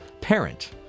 parent